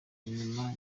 inyuma